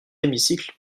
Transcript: hémicycle